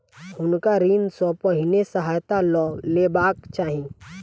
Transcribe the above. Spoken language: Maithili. हुनका ऋण सॅ पहिने सहायता लअ लेबाक चाही